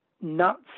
nuts